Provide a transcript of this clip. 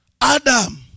Adam